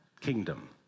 kingdom